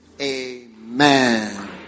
amen